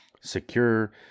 secure